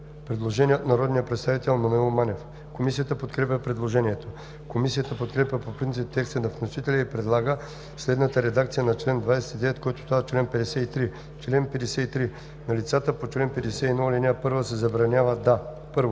предложение от народния представител Маноил Манев. Комисията подкрепя предложението. Комисията подкрепя по принцип текста на вносителя и предлага следната редакция на чл. 29, който става чл. 53: „Чл. 53. На лицата по чл. 51, ал. 1 се забранява да: 1.